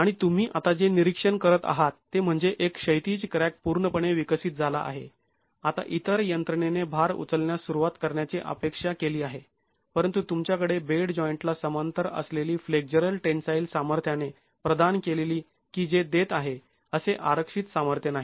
आणि तुम्ही आता जे निरीक्षण करत आहात ते म्हणजे एक क्षैतिज क्रॅक पूर्णपणे विकसित झाला आहे आता इतर यंत्रणेने भार उचलण्यास सुरुवात करण्याची अपेक्षा केली आहे परंतु तुमच्याकडे बेड जॉईंटला समांतर असलेली फ्लेक्झरल टेन्साईल सामर्थ्याने प्रदान केलेली की जे देत आहे असे आरक्षित सामर्थ्य नाही